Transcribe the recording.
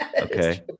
okay